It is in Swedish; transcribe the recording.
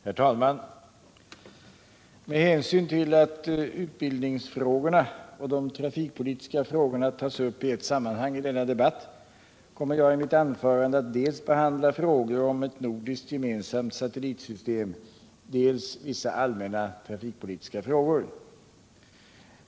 Herr talman! Med hänsyn till att utbildningsfrågorna och de trafikpolitiska frågorna tas upp i ett sammanhang i denna debatt kommer jag i mitt anförande att dels behandla frågor om ett nordiskt gemensamt satellitsystem, dels vissa allmänna trafikpolitiska frågor.